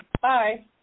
Bye